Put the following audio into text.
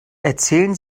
erzählen